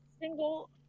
single